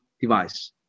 device